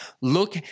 Look